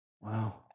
Wow